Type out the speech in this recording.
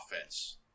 offense